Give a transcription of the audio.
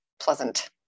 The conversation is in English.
pleasant